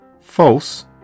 False